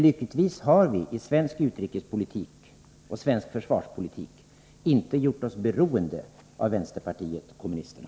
Lyckligtvis har vi i svensk utrikespolitik och svensk försvarspolitik inte gjort oss beroende av vänsterpartiet kommunisterna.